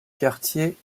quartier